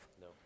No